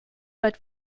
but